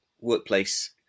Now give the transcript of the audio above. workplace